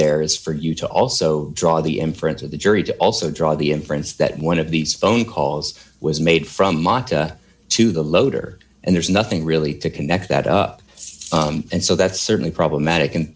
there is for you to also draw the inference of the jury to also draw the inference that one of these phone calls was made from mata to the loader and there's nothing really to connect that up and so that's certainly problematic and